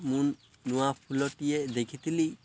ମୁଁ ନୂଆ ଫୁଲଟିଏ ଦେଖିଥିଲି